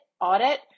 audit